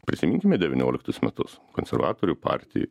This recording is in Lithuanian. prisiminkime devynioliktus metus konservatorių partijai